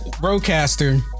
Broadcaster